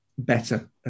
better